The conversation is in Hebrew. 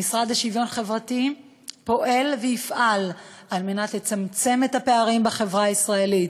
המשרד לשוויון חברתי פועל ויפעל על מנת לצמצם את הפערים בחברה הישראלית,